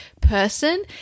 person